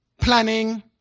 planning